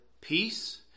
peace